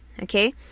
Okay